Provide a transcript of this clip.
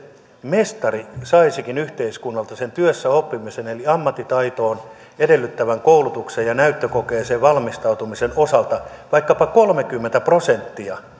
mestari saisikin yhteiskunnalta sen työssäoppimisen eli ammattitaitoon edellyttävän koulutuksen ja näyttökokeeseen valmistautumisen osalta vaikkapa kolmekymmentä prosenttia